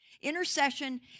Intercession